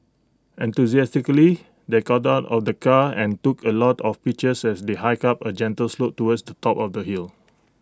enthusiastically they got out of the car and took A lot of pictures as they hiked up A gentle slope towards the top of the hill